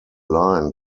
line